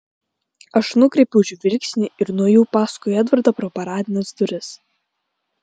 aš nukreipiau žvilgsnį ir nuėjau paskui edvardą pro paradines duris